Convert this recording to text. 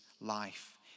life